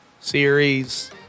series